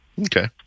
Okay